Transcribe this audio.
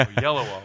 yellow